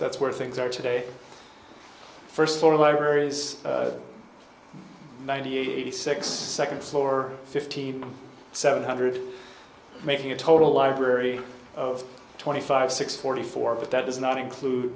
that's where things are today first four wire is ninety eighty six second floor fifty seven hundred making a total library of twenty five six forty four but that does not include